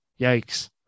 yikes